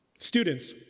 Students